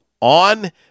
on